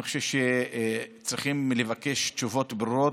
אני חושב שצריכים לבקש תשובות ברורות.